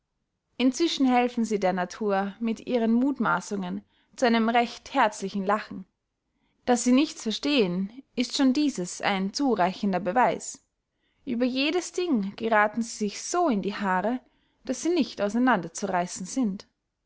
inzwischen helfen sie der natur mit ihren muthmassungen zu einem recht herzlichen lachen daß sie nichts verstehen ist schon dieses ein zureichender beweis über jedes ding gerathen sie sich so in die haare daß sie nicht aus einander zu reissen sind